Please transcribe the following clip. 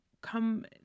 come